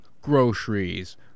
groceries